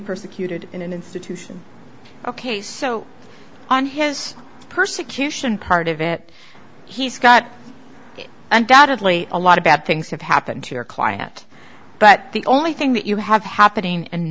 persecuted in an institution ok so on his persecution part of it he's got undoubtedly a lot of bad things have happened to your client but the only thing that you have happening